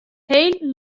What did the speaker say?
heel